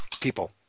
people